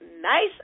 nice